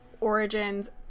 Origins